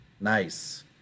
nice